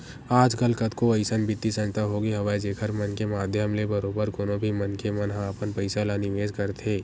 आजकल कतको अइसन बित्तीय संस्था होगे हवय जेखर मन के माधियम ले बरोबर कोनो भी मनखे मन ह अपन पइसा ल निवेस करथे